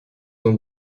ont